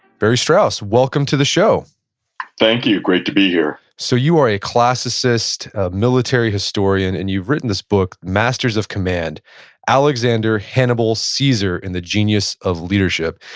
barry strauss, welcome to the show thank you, great to be here so you are a classicist, a military historian, and you've written this book, masters of command alexander, hannibal, caesar, and the genius of leadership.